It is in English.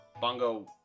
Bongo